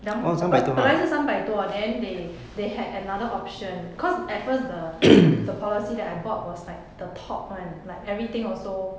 两 b~ 本来是三百多 then they they had another option cause at first the the policy that I bought was like the top one like everything also